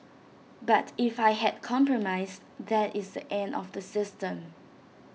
but if I had compromised that is the end of the system